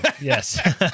yes